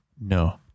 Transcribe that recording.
no